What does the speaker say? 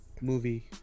movie